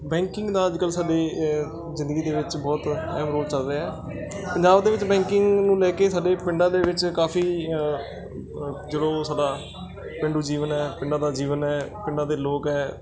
banking ਦਾ ਅੱਜ ਕੱਲ੍ਹ ਸਾਡੇ ਇਹ ਜ਼ਿੰਦਗੀ ਦੇ ਵਿੱਚ ਬਹੁਤ ਅਹਿਮ ਰੋਲ ਚੱਲ ਰਿਹਾ ਪੰਜਾਬ ਦੇ ਵਿੱਚ ਬੈਂਕਿੰਗ ਨੂੰ ਲੈ ਕੇ ਸਾਡੇ ਪਿੰਡਾਂ ਦੇ ਵਿੱਚ ਕਾਫੀ ਚਲੋ ਸਾਡਾ ਪੇਂਡੂ ਜੀਵਨ ਹੈ ਪਿੰਡਾਂ ਦਾ ਜੀਵਨ ਹੈ ਪਿੰਡਾਂ ਦੇ ਲੋਕ ਹੈ